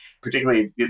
particularly